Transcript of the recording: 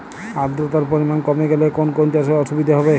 আদ্রতার পরিমাণ কমে গেলে কোন কোন চাষে অসুবিধে হবে?